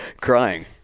Crying